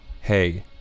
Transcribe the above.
Hey